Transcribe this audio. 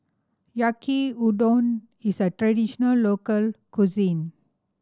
Yaki Udon is a traditional local cuisine